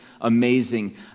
amazing